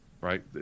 right